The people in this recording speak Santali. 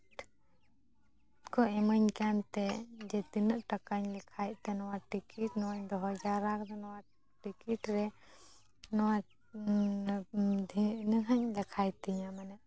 ᱠᱚ ᱤᱢᱟᱹᱧ ᱠᱟᱱᱛᱮ ᱡᱮ ᱛᱤᱱᱟᱹᱜ ᱴᱟᱠᱟᱧ ᱞᱮᱠᱷᱟᱭᱮᱛ ᱛᱮ ᱱᱚᱣᱟ ᱴᱤᱠᱤᱴ ᱱᱚᱜᱼᱚᱸᱭ ᱫᱚᱦᱚ ᱡᱟᱣᱨᱟ ᱠᱟᱫᱟ ᱱᱚᱣᱟ ᱴᱤᱠᱤᱴ ᱨᱮ ᱱᱚᱣᱟ ᱫᱷᱤᱱᱟᱹᱝ ᱦᱟᱸᱜ ᱤ ᱞᱮᱠᱷᱟᱭ ᱛᱤᱧᱟᱹ ᱢᱟᱱᱮ